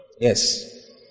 Yes